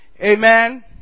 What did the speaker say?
Amen